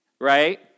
right